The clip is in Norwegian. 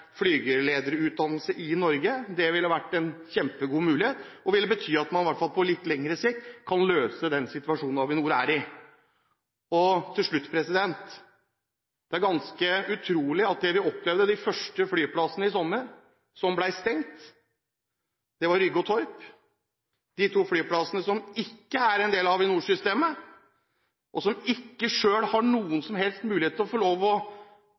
flygelederutdannelse i Norge? Det ville vært en kjempegod mulighet og ville bety at man på litt lengre sikt kan løse den situasjonen Avinor er i. Til slutt: Det er ganske utrolig det vi opplevde på de første flyplassene som ble stengt i sommer. Det var Rygge og Torp – de to flyplassene som ikke er en del av Avinor-systemet, og som ikke selv har noen som helst mulighet til å få lov å